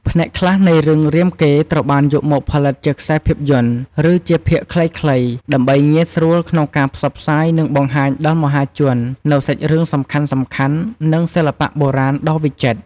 ផ្នែកខ្លះនៃរឿង រាមកេរ្តិ៍ ត្រូវបានយកមកផលិតជាខ្សែភាពយន្ត ឬជាភាគខ្លីៗ ដើម្បីងាយស្រួលក្នុងការផ្សព្វផ្សាយ និងបង្ហាញដល់មហាជននូវសាច់រឿងសំខាន់ៗ និងសិល្បៈបុរាណដ៏វិចិត្រ។